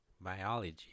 Biology